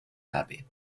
abbey